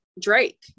Drake